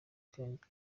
kwiyongera